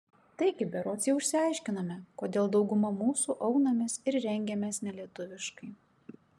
taigi berods jau išsiaiškinome kodėl dauguma mūsų aunamės ir rengiamės nelietuviškai